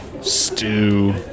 stew